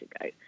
ago